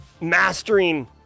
mastering